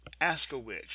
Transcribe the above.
Ask-A-Witch